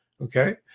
Okay